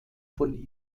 von